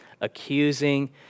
accusing